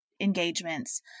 engagements